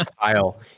Kyle